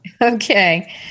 Okay